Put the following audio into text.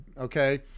okay